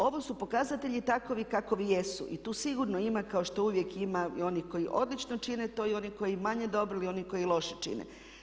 Ovo su pokazatelji takvi kakvi jesu i tu sigurno ima kao što uvijek ima i onih koji odlično čine to i oni koji manje dobro ili oni koji loše čine.